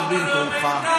בבקשה, שב במקומך.